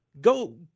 go